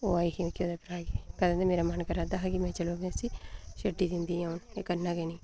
ओह् आई ही ओह्दे उप्परां आई ही तां गै ते मेरा मन करा दा हा की चलो अपने इसी छड्डी दिंन्नी अ'ऊं